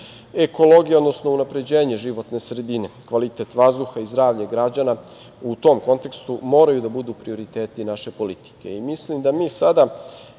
Ekologija, odnosno unapređenje životne sredine, kvalitet vazduha i zdravlje građana u tom kontekstu moraju da budu prioriteti naše politike. Mislim